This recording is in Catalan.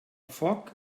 foc